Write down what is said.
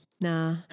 Nah